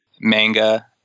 manga